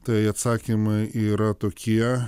tai atsakymai yra tokie